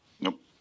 Nope